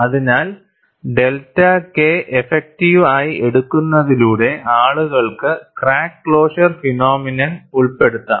അതിനാൽ delta K effective ആയി എടുക്കുന്നതിലൂടെ ആളുകൾക്ക് ക്രാക്ക് ക്ലോഷർ ഫിനോമിനൻ ഉൾപ്പെടുത്താം